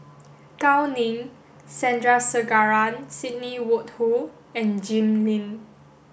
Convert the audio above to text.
Gao Ning Sandrasegaran Sidney Woodhull and Jim Lim